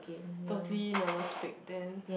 totally never speak then